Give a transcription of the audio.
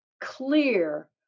clear